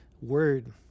Word